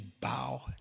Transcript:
bow